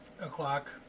o'clock